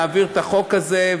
נעביר את החוק הזה,